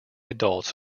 adults